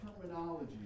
terminology